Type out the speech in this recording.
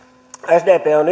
sdp on